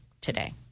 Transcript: today